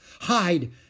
Hide